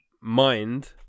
mind